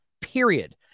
period